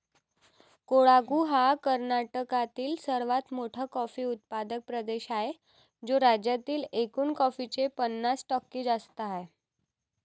कोडागु हा कर्नाटकातील सर्वात मोठा कॉफी उत्पादक प्रदेश आहे, जो राज्यातील एकूण कॉफीचे पन्नास टक्के जास्त आहे